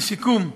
לסיכום,